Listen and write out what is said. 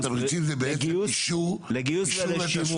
התמריצים זה בעצם אישור לתשלום?